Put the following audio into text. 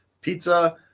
pizza